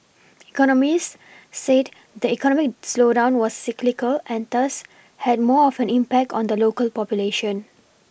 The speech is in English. economists said the economic slowdown was cyclical and thus had more of an impact on the local population